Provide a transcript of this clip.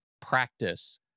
practice